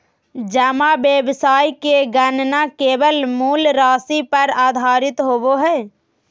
जमा ब्याज के गणना केवल मूल राशि पर आधारित होबो हइ